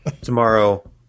Tomorrow